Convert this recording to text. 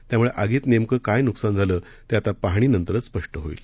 त्यामुळे आगीत नेमकं काय नुकसान झालं ते आता पाहणीनंतरच स्पष्ट होईल